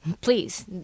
please